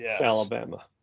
Alabama